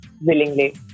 willingly